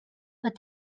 but